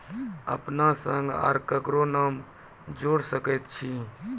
अपन संग आर ककरो नाम जोयर सकैत छी?